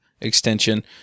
extension